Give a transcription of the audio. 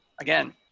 again